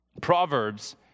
Proverbs